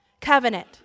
Covenant